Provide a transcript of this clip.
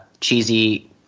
cheesy